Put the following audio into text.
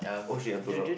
oh shit I am too loud